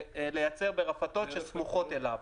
ברפתות שסמוכות לו.